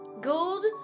Gold